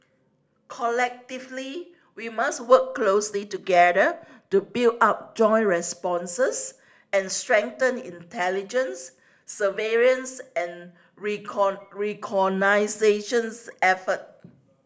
collectively we must work closely together to build up joint responses and strengthen intelligence surveillance and reconnaissance effort